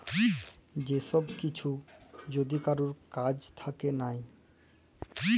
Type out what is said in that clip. যে সব কিসু যদি কারুর কাজ থাক্যে লায়